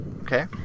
Okay